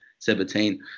2017